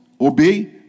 obey